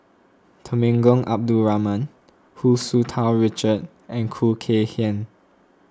Temenggong Abdul Rahman Hu Tsu Tau Richard and Khoo Kay Hian